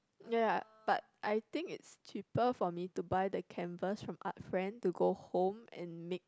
ya but I think it's cheaper for me to buy the canvas from Art-Friend to go home and make